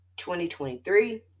2023